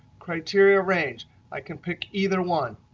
criteria range i can pick either one.